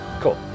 Cool